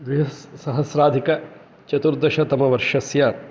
द्विसहस्राधिकचतुर्दशतमवर्षस्य